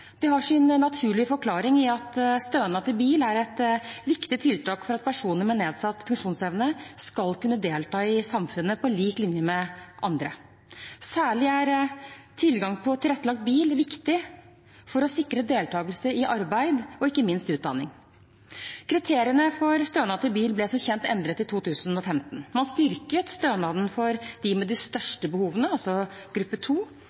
Det har sin naturlige forklaring i at stønad til bil er et viktig tiltak for at personer med nedsatt funksjonsevne skal kunne delta i samfunnet på lik linje med andre. Særlig er tilgang på tilrettelagt bil viktig for å sikre deltakelse i arbeid og ikke minst utdanning. Kriteriene for rett til stønad til bil ble som kjent endret i 2015. Man styrket stønaden for de med de største behovene, gruppe